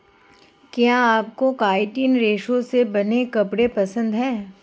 क्या आपको काइटिन रेशे से बने कपड़े पसंद है